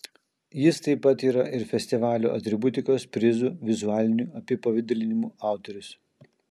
jis taip pat yra ir festivalio atributikos prizų vizualinių apipavidalinimų autorius